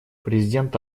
президент